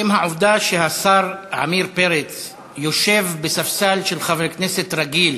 האם העובדה שהשר עמיר פרץ יושב בספסל של חבר כנסת רגיל